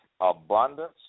abundance